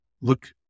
Look